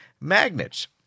magnets